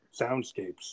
soundscapes